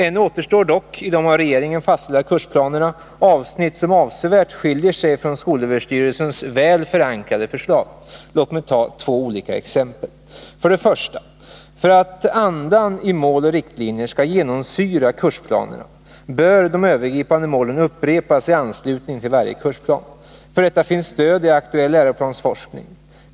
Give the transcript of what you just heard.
Ännu återstår dock i de av regeringen fastställda kursplanerna avsnitt som avsevärt skiljer sig från skolöverstyrelsens väl förankrade förslag. Låt mig ta två olika exempel. För det första: För att andan i Mål och riktlinjer skall genomsyra kursplanerna bör de övergripande målen upprepas i anslutning till varje kursplan. För detta finns stöd i aktuell läroplansforskning.